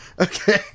Okay